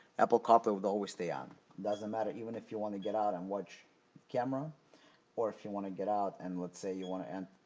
apple carplay will always stay on. it doesn't matter even if you want to get out and watch camera or if you want to get out and let's say you want to enter